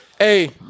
Hey